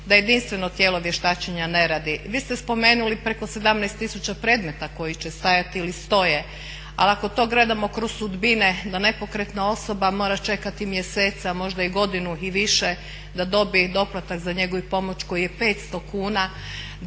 da jedinstveno tijelo vještačenja ne radi. Vi ste spomenuli preko 17000 predmeta koji će stajati ili stoje, ali ako to gledamo kroz sudbine da nepokretna osoba mora čekati mjesece, ali možda i godinu i više da dobi doplatak za njegu i pomoć koji je 500 kuna,